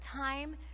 time